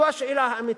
זו השאלה האמיתית.